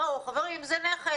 בואו חברים, זה נכס.